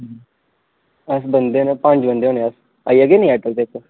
अस बंदे न पंज बंदे होने अस आई जाह्गे नी आटो च